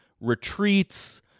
retreats